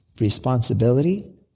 responsibility